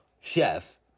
chef